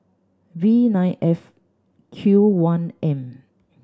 V nine F Q one M